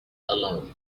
alone